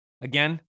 Again